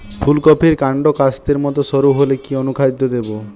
ফুলকপির কান্ড কাস্তের মত সরু হলে কি অনুখাদ্য দেবো?